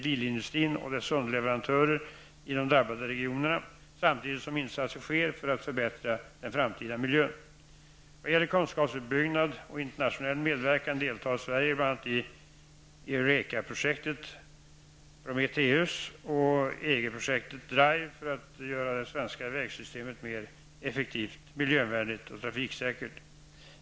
bilindustrin och dess underleverantörer i drabbade regioner, samtidigt som insatser sker för att förbättra den framtida miljön. Vad gäller kunskapsuppbyggnad och internationell medverkan deltar Sverige bl.a. i Eureka-projektet Prometheus och EG-projektet Drive för att göra det svenska vägsystemet mer effektivt, miljövänligt och trafiksäkert.